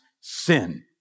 sin